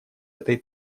этой